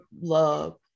love